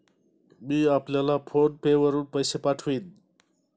मी आपल्याला फोन पे वरुन पैसे पाठवीन